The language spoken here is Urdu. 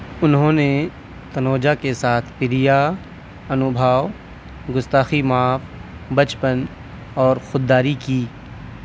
انہوں نے تنوجا کے ساتھ پریا انوبھاو گستاخی معاف بچپن اور خودداری کی